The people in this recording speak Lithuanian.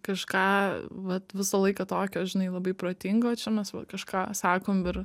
kažką vat visą laiką tokio žinai labai protingo o čia mes va kažką sakom ir